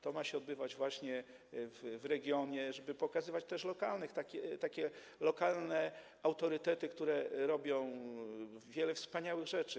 To ma się odbywać właśnie w regionie, żeby pokazywać też takie lokalne autorytety, które robią wiele wspaniałych rzeczy.